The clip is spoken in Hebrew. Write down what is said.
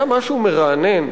היה משהו מרענן,